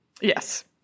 Yes